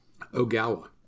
Ogawa